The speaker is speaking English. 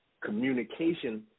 communication